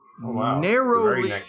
Narrowly